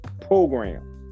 program